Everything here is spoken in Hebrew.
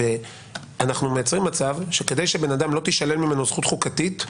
אנחנו מייצרים מצב שכדי שלא תישלל מאדם זכות חוקתית,